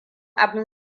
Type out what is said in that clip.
abin